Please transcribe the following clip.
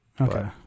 Okay